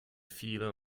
viele